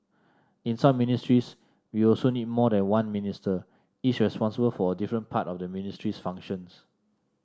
in some ministries we also need more than one Minister each responsible for a different part of the ministry's functions